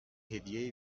هدیه